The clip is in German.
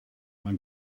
man